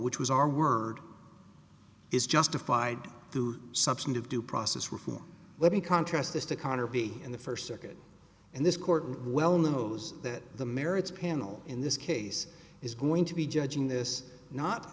which was our word is justified do substantive due process reform let me contrast this to connor be in the first circuit and this court well knows that the merits panel in this case is going to be judging this not